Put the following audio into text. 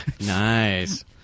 Nice